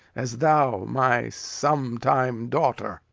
as thou my sometime daughter.